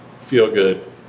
feel-good